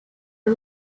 are